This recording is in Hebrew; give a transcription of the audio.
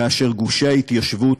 כאשר גושי ההתיישבות,